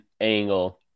angle